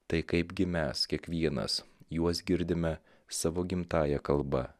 tai kaipgi mes kiekvienas juos girdime savo gimtąja kalba